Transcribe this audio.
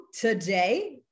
today